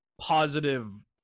positive